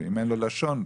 ואם אין לו לשון,